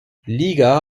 liga